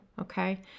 okay